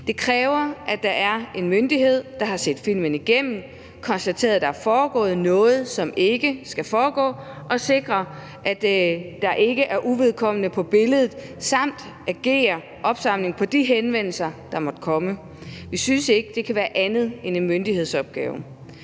Det kræver, at der er en myndighed, der har set filmen igennem, som har konstateret, at der er foregået noget, som ikke skal foregå, og som har sikret sig, at der ikke er uvedkommende på billedet, samt kan reagere på og opsamle de henvendelser, der måtte komme. Vi synes ikke, det kan være andet end en myndighedsopgave.